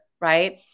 right